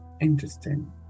interesting